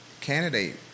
candidate